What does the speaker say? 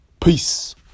peace